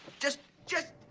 just, just,